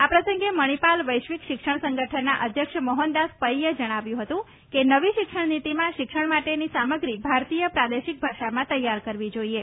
આ પ્રસંગે મણીપાલ વૈશ્વિક શિક્ષણ સંગઠનના અધ્યક્ષ મોહનદાસ પૈ એ જણાવ્યું હતું કે નવી શિક્ષણ નીતિમાં શિક્ષણ માટેની સામગ્રી ભારતીય પ્રાદેશિક ભાષામાં તૈયાર કરવી જાઇએ